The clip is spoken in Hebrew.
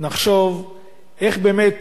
נחשוב איך באמת